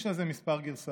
יש על זה כמה גרסאות.